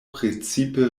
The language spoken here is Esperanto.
precipe